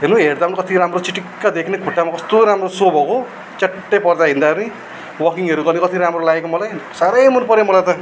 हेर्नु हेर्दा पनि कति राम्रो चिटिक्क देख्ने खुट्टामा कस्तो राम्रो सो भएको च्याट्टै पर्दा हिँड्दाखेरि वकिङहरू गर्ने कति राम्रो लागेको मलाई साह्रै मनपर्यो मलाई त